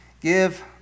give